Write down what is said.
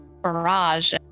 barrage